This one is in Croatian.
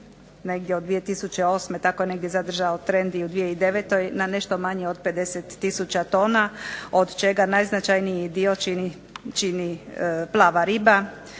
negdje od 2008. tako je negdje zadržao trend i u 2009. na nešto manje od 50 tisuća tona od čega najznačajniji dio čini plava riba,